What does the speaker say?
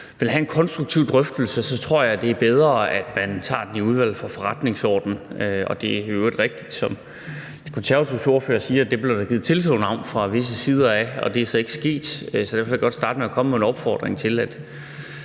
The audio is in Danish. vil have en konstruktiv drøftelse, tror jeg faktisk, det er bedre, at man tager den i Udvalget for Forretningsordenen, og det vil jeg opfordre til. Det er i øvrigt rigtigt, som De Konservatives ordfører siger, at det blev der givet tilsagn om fra visse sider, og det er så ikke sket. Så derfor vil jeg godt starte med at komme med en opfordring til